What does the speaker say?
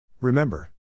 Remember